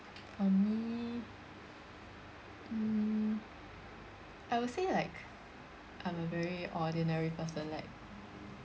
for me mm I would say like I'm a very ordinary person like